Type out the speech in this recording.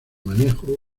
manejo